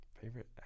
Favorite